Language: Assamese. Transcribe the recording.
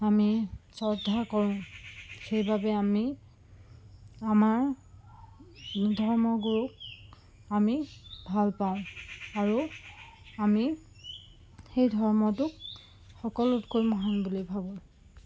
আমি শ্ৰদ্ধা কৰোঁ সেইবাবে আমি আমাৰ ধৰ্মগুৰুক আমি ভাল পাওঁ আৰু আমি সেই ধৰ্মটোক সকলোতকৈ মহান বুলি ভাবোঁ